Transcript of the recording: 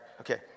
Okay